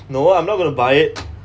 no I'm not going to buy it